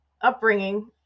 upbringing